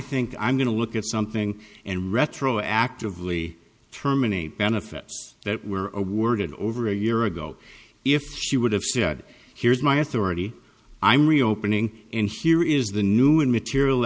think i'm going to look at something and retroactively terminate benefits that were awarded over a year ago if she would have said here's my authority i'm reopening in here is the new and material